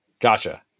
Gotcha